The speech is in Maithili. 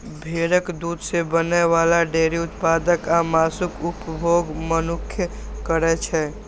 भेड़क दूध सं बनै बला डेयरी उत्पाद आ मासुक उपभोग मनुक्ख करै छै